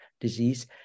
disease